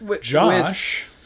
Josh